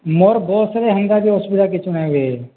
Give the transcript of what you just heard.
ମୋର୍ ବସ୍ରେ ହେନ୍ତା ବି କିଛି ଅସୁବିଧା କିଛି ନାଇଁ ହୁଏ